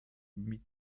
mit